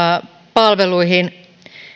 palveluihin